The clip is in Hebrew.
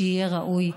שיהיה ראוי,